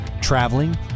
traveling